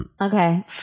okay